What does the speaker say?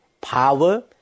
power